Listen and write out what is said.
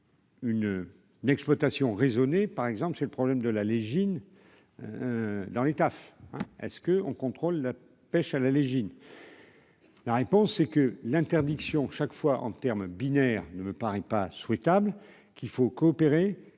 une exploitation raisonnée, par exemple, c'est le problème de la légitime dans les taf hein est-ce que on contrôle la pêche à la légitime la réponse, c'est que l'interdiction chaque fois en termes binaires ne me paraît pas souhaitable qu'il faut coopérer,